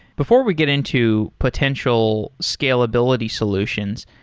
before we get into potential scalability solutions,